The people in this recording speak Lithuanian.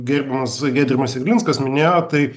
gerbiamas giedrimas jeglinskas minėjo tai